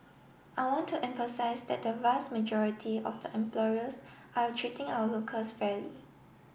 I want to emphasise that the vast majority of the employers are treating our locals fairly